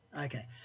Okay